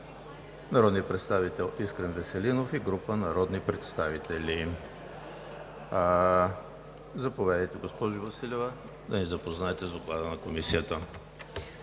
народния представител Искрен Веселинов и група народни представители. Заповядайте, госпожо Василева, да ни запознаете с Доклада на Комисията.